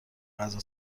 غذا